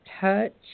touch